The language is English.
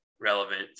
Relevant